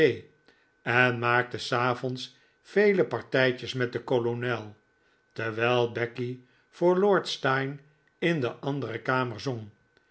en maakte savonds vele partijtjes met den kolonel terwijl becky voor lord steyne in de andere kamer zong